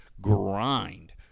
grind